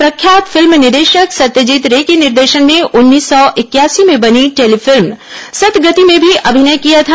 प्रख्यात फिल्म निदेशक सत्यजीत रे के निर्देशन में उन्नीस सौ इकयासी में बनी टेली फिल्म सतगति में भी अभिनय किया था